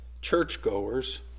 churchgoers